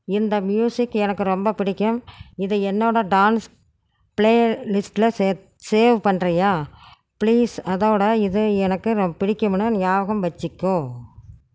இந்த ம்யூஸிக் எனக்கு ரொம்ப பிடிக்கும் இதை என்னோட டான்ஸ் ப்ளே லிஸ்ட்டில் சேவ் பண்ணுறியா ப்ளீஸ் அதோட இது எனக்கு பிடிக்கும்ன்னு ஞாபகம் வச்சுக்கோ